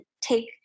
take